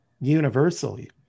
universally